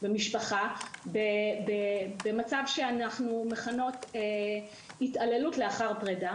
זה מצב שאנחנו מכנות התעללות לאחר פרידה.